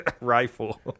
rifle